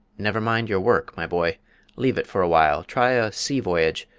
never mind your work, my boy leave it for a while, try a sea-voyage,